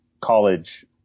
college